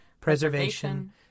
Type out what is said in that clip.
preservation